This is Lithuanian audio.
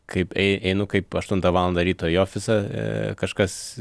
kaip ei einu kaip aštuntą valandą ryto į ofisą kažkas